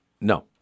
No